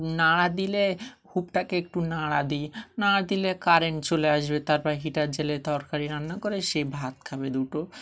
নাড়া দিলে হুকটাকে একটু নাড়া দিই নাড়া দিলে কারেন্ট চলে আসবে তারপর হিটার জ্বলে হুকে রান্না করে সেই ভাত খাবে দুটো